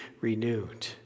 renewed